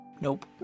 nope